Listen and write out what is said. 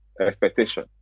expectation